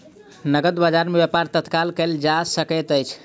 नकद बजार में व्यापार तत्काल कएल जा सकैत अछि